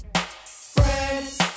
friends